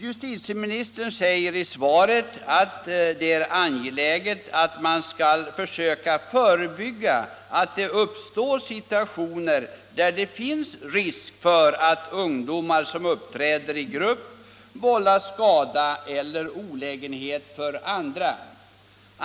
Justitieministern säger i svaret att det är angeläget att försöka förebygga att det uppstår situationer, där det finns risk för att ungdomar som uppträder i grupp vållar skada eller olägenhet för andra.